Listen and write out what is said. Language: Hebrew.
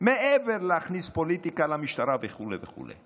מעבר ללהכניס פוליטיקה למשטרה וכו' וכו'.